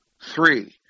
three